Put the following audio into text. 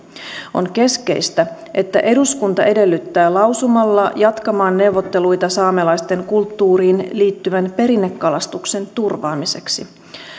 on keskeistä että eduskunta edellyttää lausumalla jatkamaan neuvotteluita saamelaisten kulttuuriin liittyvän perinnekalastuksen turvaamiseksi